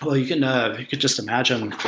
ah you know you could just imagine,